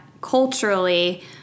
culturally